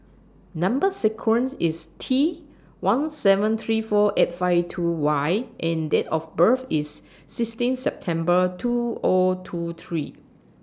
Number sequence IS T one seven three four eight five two Y and Date of birth IS sixteen September two O two three